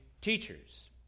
teachers